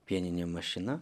pieninė mašina